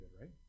right